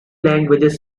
languages